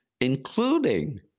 including